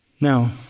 Now